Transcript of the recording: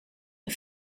een